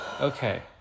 Okay